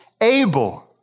able